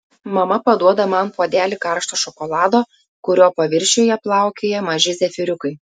mama paduoda man puodelį karšto šokolado kurio paviršiuje plaukioja maži zefyriukai